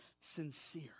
sincere